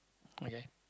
okay